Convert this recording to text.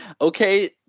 okay